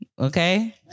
Okay